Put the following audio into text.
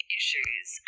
issues